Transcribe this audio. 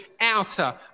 outer